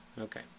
Okay